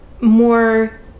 more